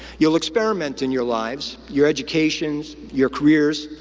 you'll experiment in your lives, your educations, your careers.